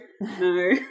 no